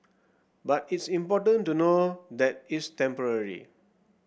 but it's important to know that it's temporary